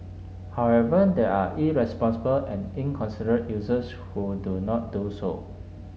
however there are irresponsible and inconsiderate users who do not do so